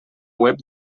web